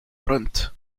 print